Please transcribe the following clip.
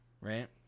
right